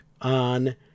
on